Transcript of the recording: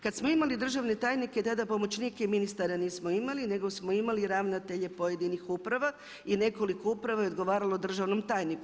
Kad smo imali državne tajnike tada pomoćnike ministara nismo imali nego smo imali ravnatelje pojedinih uprava i nekoliko uprava je odgovaralo državnom tajniku.